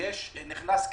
נכנס כסף,